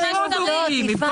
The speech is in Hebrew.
יש עוד דוברים.